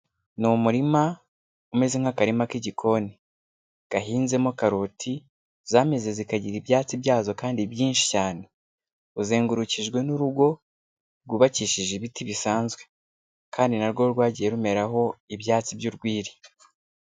Ni umurima umeze nk'akarima k'igikoni, gahinzemo karoti zameze zikagira ibyatsi byazo kandi byinshi cyane, uzengurukijwe n'urugo rwubakishije ibiti bisanzwe kandi na rwo rwagiye rumeraraho ibyatsi by'urwiri.